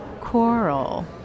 Coral